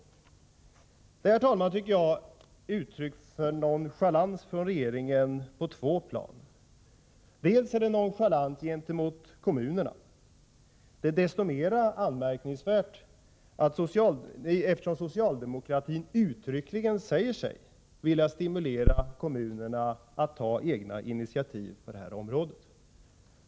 Detta, herr talman, tycker jag är uttryck för nonchalans från regeringens sida på två plan. För det första är det fråga om nonchalans gentemot kommunerna. Det är desto mera anmärkningsvärt eftersom socialdemokraterna uttryckligen säger sig vilja stimulera kommunerna att ta egna initiativ på det här området.